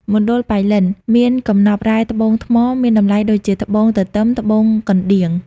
មណ្ឌលប៉ៃលិន មានកំនប់រ៉ែត្បូងថ្មមានតំលៃដូចជា ត្បូងទទឺម ត្បូងកណ្ដៀង។